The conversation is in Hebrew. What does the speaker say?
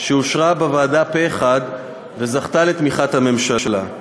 שאושרה בוועדה פה-אחד וזכתה לתמיכת הממשלה.